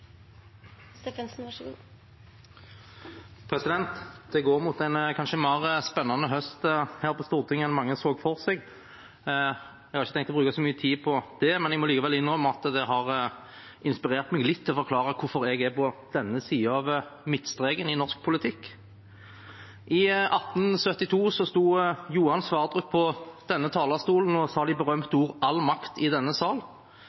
enn mange så for seg. Jeg har ikke tenkt å bruke så mye tid på det, men jeg må likevel innrømme at det har inspirert meg litt til å forklare hvorfor jeg er på denne siden av midtstreken i norsk politikk. I 1872 sto Johan Sverdrup på denne talerstolen og sa de berømte ordene: All makt i denne sal.